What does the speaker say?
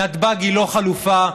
נתב"ג הוא לא חלופה,